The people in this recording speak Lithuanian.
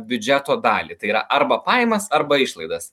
biudžeto dalį tai yra arba pajamas arba išlaidas